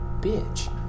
bitch